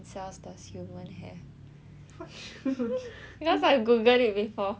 that's what I Google before